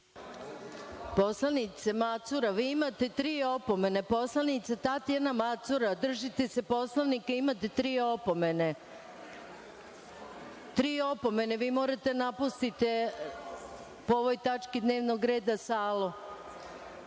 Poslanice Macura, vi imate tri opomene. Poslanice Tatjana Macura držite se Poslovnika, imate tri opomene. Tri opomene, vi morate da napustite, po ovoj tački dnevnog reda,